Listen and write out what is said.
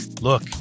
look